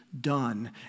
done